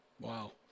Wow